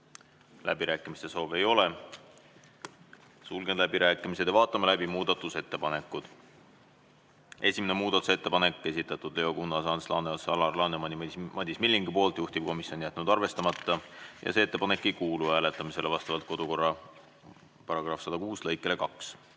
Läbirääkimiste soovi ei ole, sulgen läbirääkimised. Vaatame läbi muudatusettepanekud. Esimene muudatusettepanek, esitanud Leo Kunnas, Ants Laaneots, Alar Laneman ja Madis Milling, juhtivkomisjon on jätnud arvestamata ja see ettepanek ei kuulu hääletamisele vastavalt kodukorra § 106 lõikele 2.